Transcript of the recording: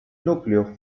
núcleo